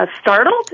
startled